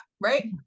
right